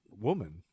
woman